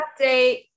update